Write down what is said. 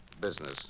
business